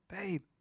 babe